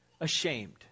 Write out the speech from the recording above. ashamed